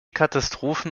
katastrophen